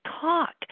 talk